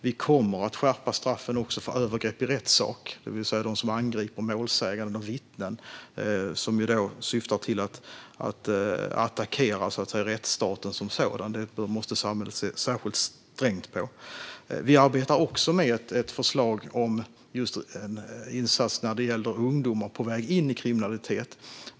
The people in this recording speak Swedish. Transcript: Vi kommer också att skärpa straffen för övergrepp i rättssak, det vill säga när man angriper målsägande och vittnen i syfte att attackera rättsstaten som sådan. Det måste samhället se särskilt strängt på. Vi arbetar också med ett förslag om en insats när det gäller ungdomar på väg in i kriminalitet.